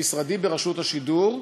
למשרדי ברשות השידור,